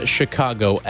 Chicago